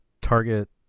Target